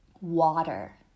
water